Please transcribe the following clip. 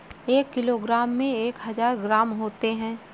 एक किलोग्राम में एक हज़ार ग्राम होते हैं